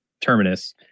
Terminus